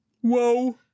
Whoa